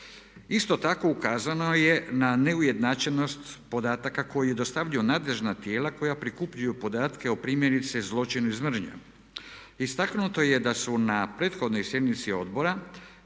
Isto tako ukazano je na neujednačenost podataka koji dostavljaju nadležna tijela koja prikupljaju podatke o primjerice zločinu iz mržnje. Istaknuto je da su na prethodnoj sjednici odbora